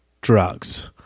drugs